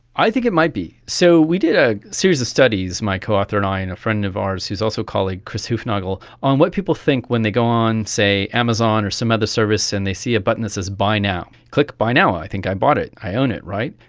i think it might be. so we did a series of studies, my co-author and i and a friend of ours who is also a colleague, chris hoofnagle, on what people think when they go on, say, amazon or some other service and they see a button that says buy now, click buy now, i think i bought it, i own it, right?